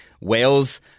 Wales